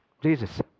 Jesus